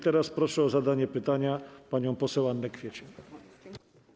Teraz proszę o zadanie pytania panią poseł Annę Kwiecień.